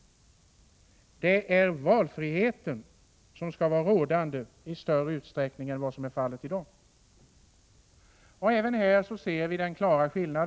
Valfrihet skall vara rådande i större utsträckning än vad som är fallet i dag. Även här ser vi en klar skillnad.